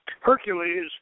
Hercules